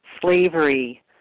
slavery